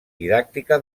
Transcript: didàctica